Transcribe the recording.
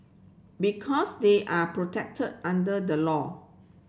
because they are protected under the law